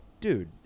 dude